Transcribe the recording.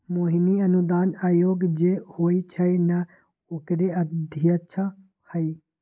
मोहिनी अनुदान आयोग जे होई छई न ओकरे अध्यक्षा हई